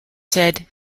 said